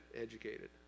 educated